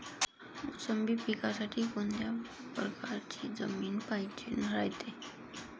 मोसंबी पिकासाठी कोनत्या परकारची जमीन पायजेन रायते?